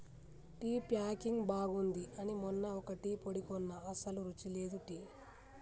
tea packing బాగుంది అని మొన్న ఒక టీ పొడి కొన్న అస్సలు రుచి లేదు టీ